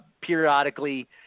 periodically